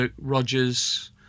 rogers